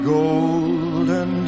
golden